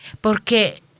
porque